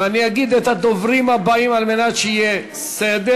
ואני אגיד את שמות הדוברים הבאים על מנת שיהיה סדר.